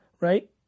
right